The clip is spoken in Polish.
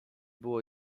było